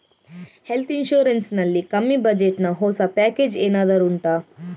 health insurance ನಲ್ಲಿ ಕಮ್ಮಿ budget ನ ಹೊಸ ಪ್ಯಾಕೇಜ್ ಏನಾದರೂ ಉಂಟಾ